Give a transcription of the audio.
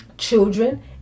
Children